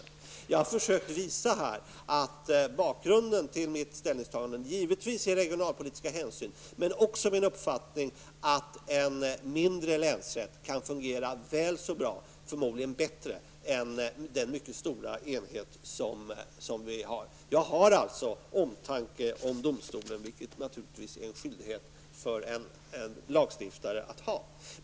Jag har här försökt visa att bakgrunden till mitt ställningstagande givetvis är regionalpolitiska hänsyn men också min uppfattning att en mindre länsrätt kan fungera väl så bra och förmodligen bättre än den mycket stora enhet vi har. Jag har således omtanke om domstolen, vilket det naturligtvis är en skyldighet för en lagstiftare att ha.